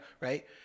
Right